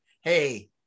Hey